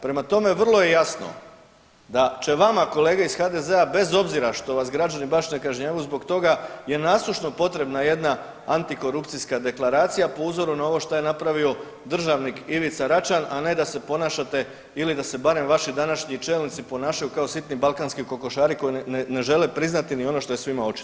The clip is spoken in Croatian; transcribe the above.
Prema tome, vrlo je jasno da će vama kolege iz HDZ-a, bez obzira što as građani baš ne kažnjavaju zbog toga, je nasušno potrebna jedna antikorupcijska deklaracija po uzoru na ovo što je napravio državnik Ivica Račan, a ne da se ponašate ili da se barem vaši današnji čelnici ponašaju kao sitni balkanski kokošari, koji ne žele priznati ni ono što je svima očito.